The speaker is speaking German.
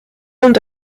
und